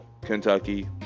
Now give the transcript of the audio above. Kentucky